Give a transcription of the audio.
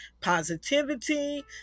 positivity